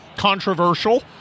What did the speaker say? Controversial